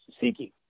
seeking